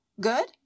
good